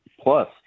plus